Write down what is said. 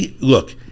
Look